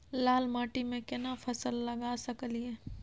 लाल माटी में केना फसल लगा सकलिए?